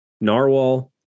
Narwhal